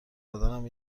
بدنم